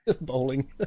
bowling